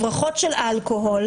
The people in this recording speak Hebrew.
הברחות של אלכוהול,